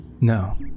No